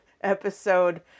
episode